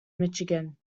michigan